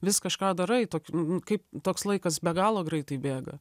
vis kažką darai toki kaip toks laikas be galo greitai bėga